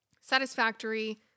Satisfactory